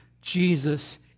Jesus